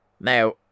Now